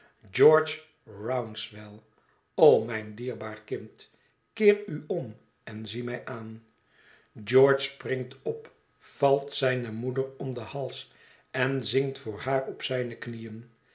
george rouncewell o mijn dierbaar kind keer u om en zie mij aan george springt op valt zijne moeder om den hals en zinkt voor haar op zijne knieën